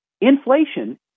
inflation